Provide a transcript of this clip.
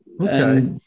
Okay